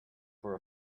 for